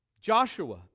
Joshua